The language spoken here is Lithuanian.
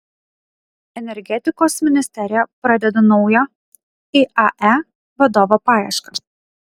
energetikos ministerija pradeda naujo iae vadovo paiešką